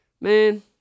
man